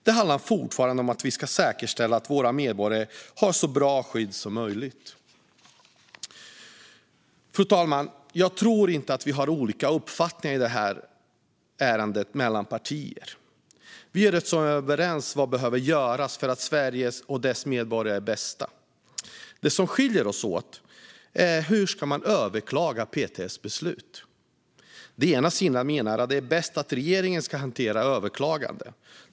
Det handlar om att vi ska säkerställa att våra medborgare har så bra skydd som möjligt. Fru talman! Jag tror inte att partierna har olika uppfattningar i denna fråga. Vi är ganska överens om vad som behöver göras för Sveriges och medborgarnas bästa. Det som skiljer oss åt är hur man ska överklaga PTS beslut. Den ena sidan menar att det är bäst att regeringen hanterar överklaganden.